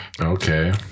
okay